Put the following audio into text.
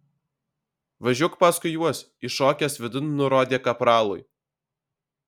važiuok paskui juos įšokęs vidun nurodė kapralui